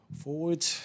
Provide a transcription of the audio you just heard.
Forward